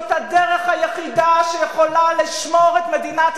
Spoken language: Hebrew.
זאת הדרך היחידה שיכולה לשמור את מדינת